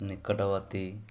ନିକଟବର୍ତ୍ତୀ